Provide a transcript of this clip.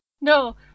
No